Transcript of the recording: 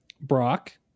Brock